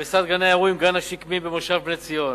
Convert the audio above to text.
הריסת גני האירועים: "גן השקמים" במושב בני-ציון,